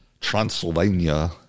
Transylvania